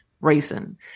reason